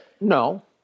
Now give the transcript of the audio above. No